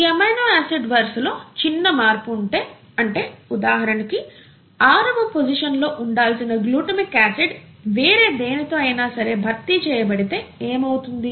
ఈ amino acid వరసలో చిన్న మార్పు ఉంటే అంటే ఉదాహరణకి ఆరవ పోసిషన్ లో ఉండాల్సిన గ్లుటామిక్ ఆసిడ్ వేరే దేని తో అయినా భర్తీ చేయబడితే ఎం అవుతుంది